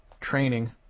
training